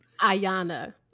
Ayana